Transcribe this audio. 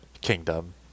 kingdom